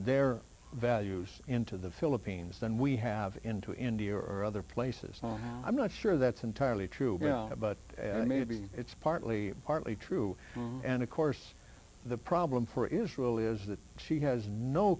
their values into the philippines than we have into india or other places and i'm not sure that's entirely true but maybe it's partly partly true and of course the problem for israel is that she has no